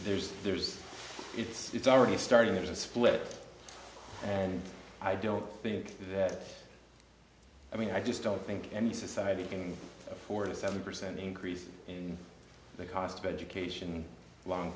there's there's it's already starting to split and i don't think that i mean i just don't think any society can afford a seven percent increase in the cost of education long